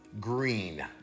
green